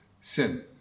sin